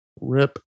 Rip